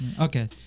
Okay